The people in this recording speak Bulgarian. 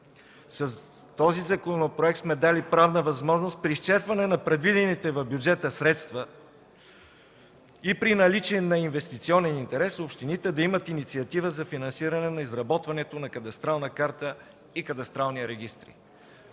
С този законопроект сме дали правна възможност при изчерпване на предвидените в бюджета средства и при наличие на инвестиционен интерес общините да имат инициатива за финансиране на изработването на кадастрална карта и кадастрални регистри.